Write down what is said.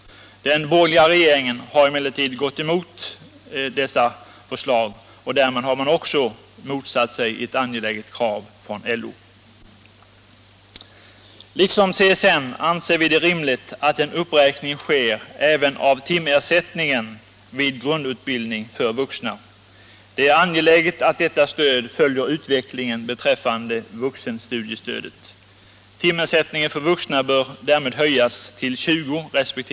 Den borgerliga regeringen har emellertid gått emot dessa förslag, och därmed har den också motsatt sig ett angeläget krav från LO. Liksom CSN anser vi det rimligt att en uppräkning sker även av timersättningen vid grundutbildning för vuxna. Det är angeläget att detta stöd följer utvecklingen beträffande vuxenstudiestödet. Timersättningen för vuxna bör därmed höjas till 20 kr.